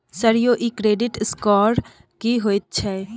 Sir यौ इ credit score की होयत छै?